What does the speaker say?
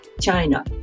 China